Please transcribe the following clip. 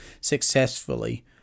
successfully